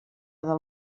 del